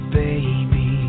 baby